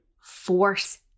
force